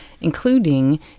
including